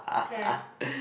ten